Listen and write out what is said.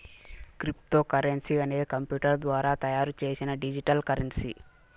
cryptocurrency అనేది computer ద్వారా తయారు చేసిన డిజిటల్ కరెన్సీ